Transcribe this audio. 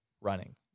running